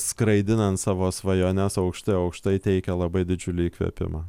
skraidinant savo svajones aukštai aukštai teikia labai didžiulį įkvėpimą